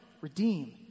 redeem